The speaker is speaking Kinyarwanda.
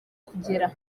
kugera